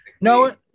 no